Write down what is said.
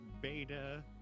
beta